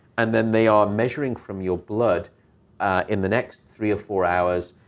and then they are measuring from your blood in the next three or four hours